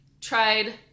tried